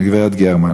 הגברת גרמן.